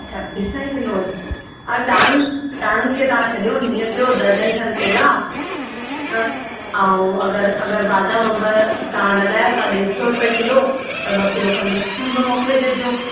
अच्छा ॿी सौ किलो आहिनि हल डाणू डाणुनि खे तव्हां छॾियो हीअं कयो दर्जन खनि केला ऐं ऐं अगरि अगरि बादाम अम्ब तव्हां लॻायो था ॾेढ सौ रुपिए किलो त ॿ किलो खनि बादाम अम्ब मोकिले छॾिजो